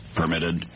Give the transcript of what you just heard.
permitted